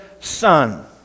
son